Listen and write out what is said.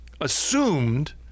assumed